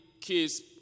kids